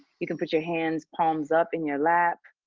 you can put your hands palms up in your lap,